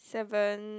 seven